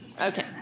Okay